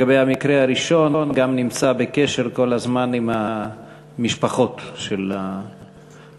לגבי המקרה הראשון גם נמצא בקשר כל הזמן עם המשפחות של המעורבים.